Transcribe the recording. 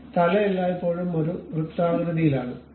അതിനാൽ തല എല്ലായ്പ്പോഴും ഒരു വൃത്താകൃതിയിലാണ്